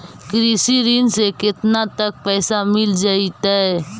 कृषि ऋण से केतना तक पैसा मिल जइतै?